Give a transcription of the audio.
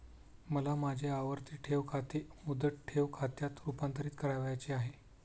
मला माझे आवर्ती ठेव खाते मुदत ठेव खात्यात रुपांतरीत करावयाचे आहे